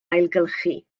ailgylchu